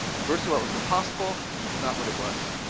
first of all, it was impossible, and it's not what it was.